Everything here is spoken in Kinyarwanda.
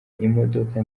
imodoka